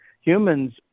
Humans